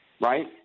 right